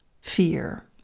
fear